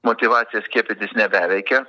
motyvacija skiepytis nebeveikia